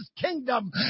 kingdom